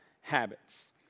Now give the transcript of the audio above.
habits